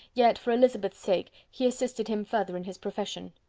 yet, for elizabeth's sake, he assisted him further in his profession.